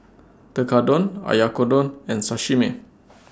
Tekkadon Oyakodon and Sashimi